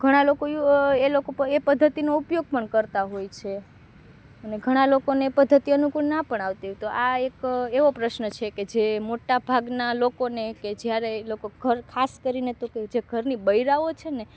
ઘણા લોકો એ લોકો એ પદ્ધતિનો ઉપયોગ પણ કરતા હોય છે અને ઘણા લોકોને એ પદ્ધતિ અનુકૂળ ના પણ આવતી હોય તો આ એક એવો પ્રશ્ન છે કે જે મોટાં ભાગના લોકોને કે જ્યારે એ લોકો ઘર ખાસ કરીને તો કે ઘરના બૈરાઓ છે ને